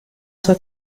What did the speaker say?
sua